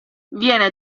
viene